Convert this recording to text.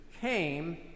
came